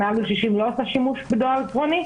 מהאוכלוסייה מעל גיל 60 לא עושה שימוש בדואר אלקטרוני,